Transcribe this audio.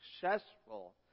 successful